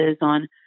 on